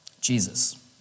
Jesus